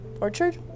Orchard